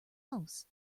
else